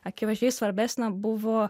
akivaizdžiai svarbesnė buvo